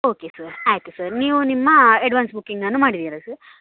okay sir ಆಯಿತು sir ನೀವು ನಿಮ್ಮ ಎಡ್ವಾನ್ಸ್ ಬುಕ್ಕಿಂಗನ್ನು ಮಾಡಿದ್ದೀರಾ ಸರ್